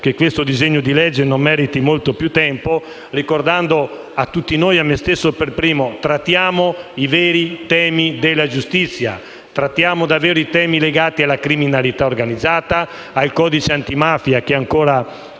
che questo disegno di legge non meriti molto più tempo - ricordando a tutti noi, a me stesso per primo: trattiamo i veri temi della giustizia, quelli legati alla criminalità organizzata, al codice antimafia (che ancora